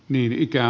niitä